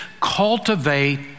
cultivate